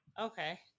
Okay